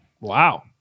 Wow